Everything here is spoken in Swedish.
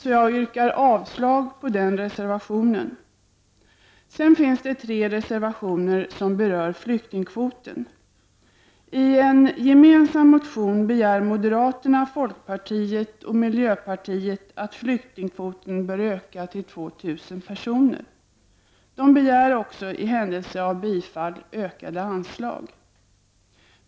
Jag yrkar avslag på den reservationen från vpk. Tre reservationer berör flyktingkvoten. I en gemensam motion begär moderaterna, folkpartiet och miljöpartiet att flyktingkvoten bör öka till 2000 personer. De begär också, i händelse av bifall, ökade anslag.